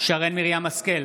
שרן מרים השכל,